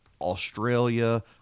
Australia